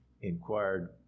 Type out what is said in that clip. inquired